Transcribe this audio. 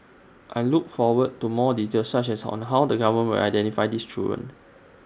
I look forward to more details such as on the how the government identify these children